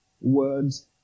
words